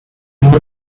more